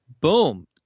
boom